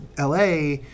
LA